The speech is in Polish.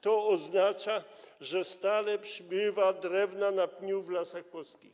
To oznacza, że stale przybywa drewna na pniu w lasach polskich.